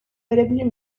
verebilir